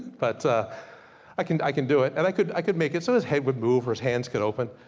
but i can i can do it. and i could i could make it so his head would move, or his hands could open.